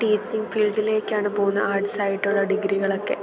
teaching ഫീൽഡിലേക്കാണ് പോകുന്നത് ആർട്സായിട്ടുള്ള ഡിഗ്രികളൊക്കെ